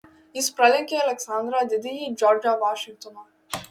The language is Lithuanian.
jis pralenkė aleksandrą didįjį džordžą vašingtoną